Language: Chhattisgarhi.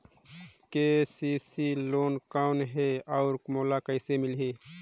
के.सी.सी लोन कौन हे अउ मोला कइसे मिलही?